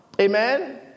Amen